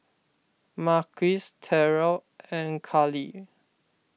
Marquis Terell and Kahlil